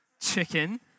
Chicken